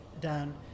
down